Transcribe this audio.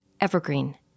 Evergreen